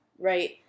right